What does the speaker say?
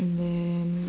and then